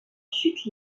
chute